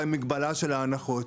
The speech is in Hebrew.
למגבלה של ההנחות.